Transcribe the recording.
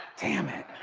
damn it.